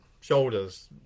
shoulders